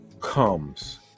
Comes